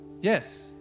Yes